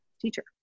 teacher